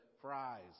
fries